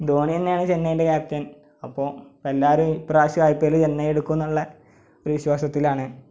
ധോണി തന്നെയാണ് ചെന്നൈന്റെ ക്യാപ്റ്റന് അപ്പോൾ എല്ലാവരും ഈ പ്രാവശ്യം ഐ പി എൽ ചെന്നൈ എടുക്കും എന്നുള്ള ഒരു വിശ്വാസത്തിലാണ്